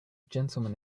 gentleman